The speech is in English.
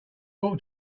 walk